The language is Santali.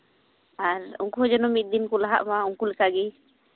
ᱟᱨ ᱩᱱᱠᱩ ᱦᱚᱸ ᱡᱮᱱᱚ ᱢᱤᱫ ᱫᱤᱱ ᱠᱚ ᱞᱟᱜᱟᱜ ᱢᱟ ᱩᱱᱠᱩ ᱞᱮᱠᱟ ᱜᱮ